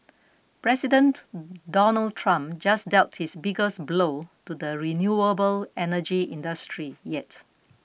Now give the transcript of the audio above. President Donald Trump just dealt his biggest blow to the renewable energy industry yet